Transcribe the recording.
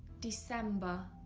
december,